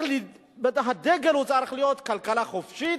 הדגל צריך להיות "כלכלה חופשית",